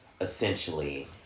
essentially